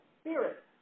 spirit